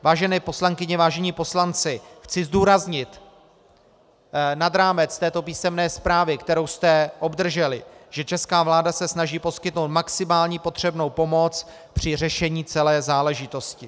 Vážené poslankyně, vážení poslanci, chci zdůraznit nad rámec této písemné zprávy, kterou jste obdrželi, že česká vláda se snaží poskytnout maximální potřebnou pomoc při řešení celé záležitosti.